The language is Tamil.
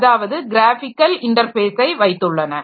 அதாவது க்ராஃபிக்கல் இன்டர்ஃபேஸை வைத்துள்ளன